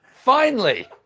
finally!